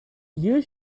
you